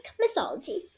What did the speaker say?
mythology